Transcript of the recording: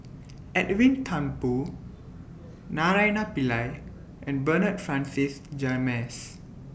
Edwin Thumboo Naraina Pillai and Bernard Francis James